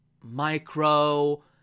micro